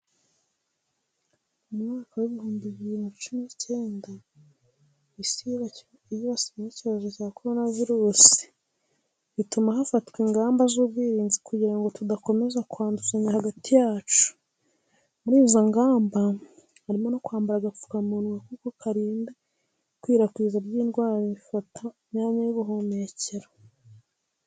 Mu mwaka w'ibihumbi bibiri na cumi n'icyenda isi yibasiwe n'icyorezo cya korona virusi bituma hafatwa ingamba z'ubwirinzi kugira ngo tudakomeza kwanduzanya hagati yacu. Muri izo ngamba harimo no kwambara agapfukamunwa kuko karinda ikwirakwira ry'indwara zifata imyanya y'ubuhumekero.